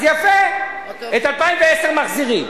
אז יפה, את 2010 מחזירים,